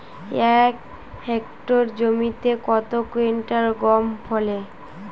এক হেক্টর জমিতে কত কুইন্টাল গম ফলে?